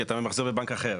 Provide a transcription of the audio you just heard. כי אתה ממחזר בבנק אחר.